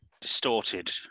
distorted